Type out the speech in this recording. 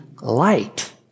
light